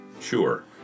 Sure